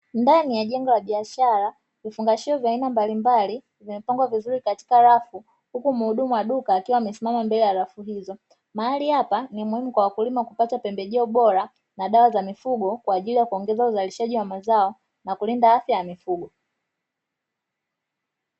Ndani ya jengo la biashara, vifungashio vya aina mbalimbali, vimepangwa vizuri katika rafu. Huku muhudumu wa duka akiwa amesimama mbele ya rafu hizo. Mahali hapa ni muhimu kwa wakulima kupata pembejeo bora na dawa za mifugo, kwa ajili ya kuongeza uzalishaji wa mazao na kulinda afya ya mifugo.